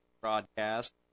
broadcast